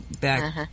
back